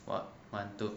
on~ one two